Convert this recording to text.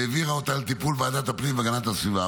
והעבירה אותה לטיפול ועדת הפנים והגנת הסביבה.